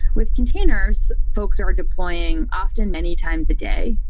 with containers, folks are deploying often many times a day,